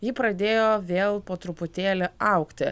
ji pradėjo vėl po truputėlį augti